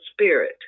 Spirit